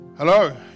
hello